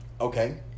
Okay